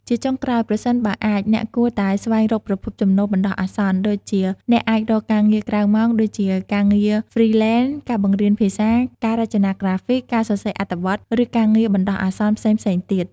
ជាចុងក្រោយ ប្រសិនបើអាច អ្នកគួរតែស្វែងរកប្រភពចំណូលបណ្ដោះអាសន្នដូចជាអ្នកអាចរកការងារក្រៅម៉ោង ដូចជាការងារ ហ្វ្រីលែន ការបង្រៀនភាសា ការរចនាក្រាហ្វិក ការសរសេរអត្ថបទ ឬការងារបណ្ដោះអាសន្នផ្សេងៗទៀត ។